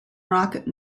rocket